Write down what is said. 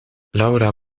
laura